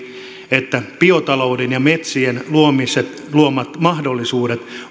että biotalouden ja metsien luomat luomat mahdollisuudet